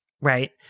right